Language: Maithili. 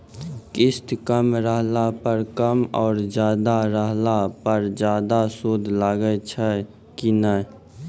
किस्त कम रहला पर कम और ज्यादा रहला पर ज्यादा सूद लागै छै कि नैय?